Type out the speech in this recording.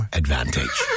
advantage